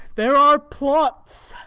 there are plots.